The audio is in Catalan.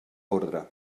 ordre